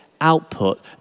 output